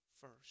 first